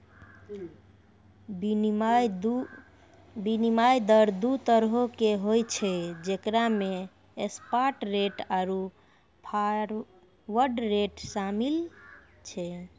विनिमय दर दु तरहो के होय छै जेकरा मे स्पाट रेट आरु फारवर्ड रेट शामिल छै